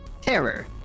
terror